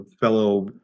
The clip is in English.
fellow